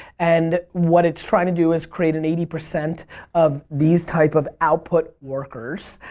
and what it's trying to do is create an eighty percent of these type of output workers.